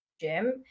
gym